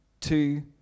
two